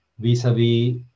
vis-a-vis